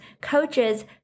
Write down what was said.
coaches